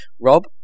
Rob